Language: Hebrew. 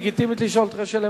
זכותי הלגיטימית לשאול אותך שאלה,